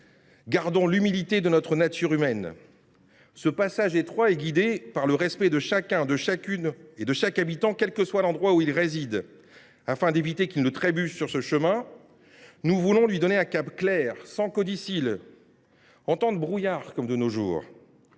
Gardons l’humilité propre à notre nature humaine. Ce passage étroit est guidé par le respect de chaque habitant, quel que soit l’endroit où il réside. Afin d’éviter qu’il ne trébuche sur ce chemin, nous voulons lui donner un cap clair, sans codicille. En temps de brouillard, comme de nos jours,